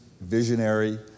visionary